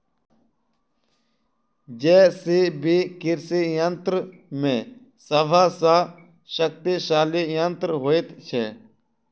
JCB कृषि यंत्र मे सभ सॅ शक्तिशाली यंत्र होइत छै